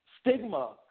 stigma